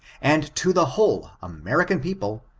and to the whole american people,